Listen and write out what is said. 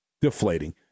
deflating